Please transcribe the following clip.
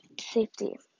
safety